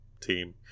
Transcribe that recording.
team